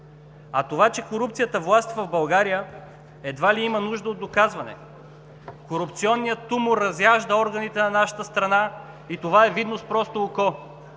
А това, че корупцията властва в България едва ли има нужда от доказване. Корупционният тумор разяжда органите на нашата страна и това е видно с просто око,